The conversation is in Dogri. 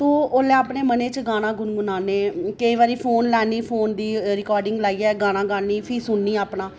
तो ओह्लै अपने मनै च गाना गुन गुनाने केईं बारी फोन लैन्नीं फोन दी रिकॉर्डिंग लाइयै गाना गानी फ्ही सुननी अपना